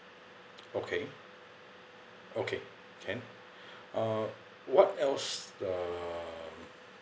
okay okay can uh what else um